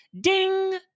Ding